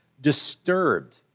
disturbed